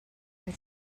your